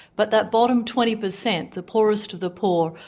but that bottom twenty per cent, the poorest of the poor,